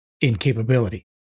incapability